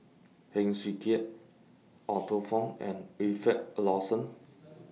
Heng Swee Keat Arthur Fong and Wilfed Lawson